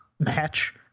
match